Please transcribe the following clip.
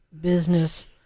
business